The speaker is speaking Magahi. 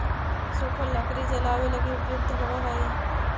सूखल लकड़ी जलावे लगी उपयुक्त होवऽ हई